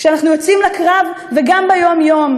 כשאנחנו יוצאים לקרב, וגם ביום-יום.